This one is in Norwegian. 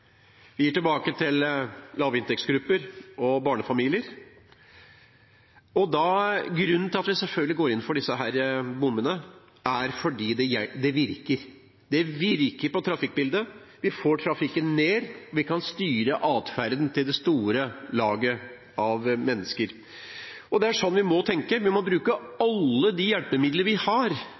Vi gir tilbake til lavinntektsgrupper og barnefamilier. Grunnen til at vi selvfølgelig går inn for disse bommene, er at det virker. Det virker på trafikkbildet, vi får trafikken ned, vi kan styre atferden til det store laget av mennesker. Det er sånn vi må tenke. Vi må bruke alle de hjelpemidler vi har,